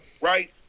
Right